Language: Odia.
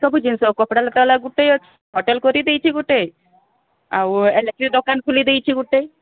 ସବୁ ଜିନିଷ କପଡ଼ା ଲେଖା ହେଲା ଗୋଟେ ଅଛି ହୋଟେଲ କରିଦେଇଛିି ଗୋଟେ ଆଉ ଇଲେକ୍ଟ୍ରିକ୍ ଦୋକାନ ଖୋଲିଦେଇଛି ଗୋଟେ